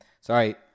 Sorry